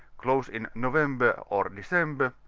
close in november or december,